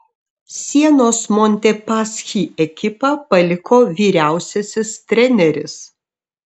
sienos montepaschi ekipą paliko vyriausiasis treneris